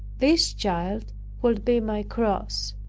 this child would be my cross.